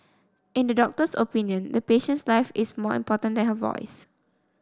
in the doctor's opinion the patient's life is more important than her voice